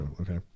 okay